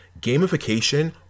Gamification